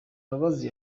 mbabazi